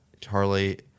Charlie